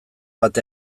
bat